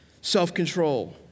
self-control